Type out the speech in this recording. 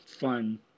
Fun